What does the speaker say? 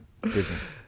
business